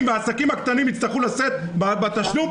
והעסקים הקטנים יצטרכו לשאת בתשלום,